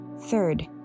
Third